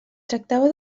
tractava